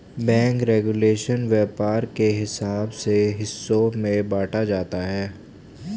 bank regulation व्यापार के हिसाब से हिस्सों में बांटा जाता है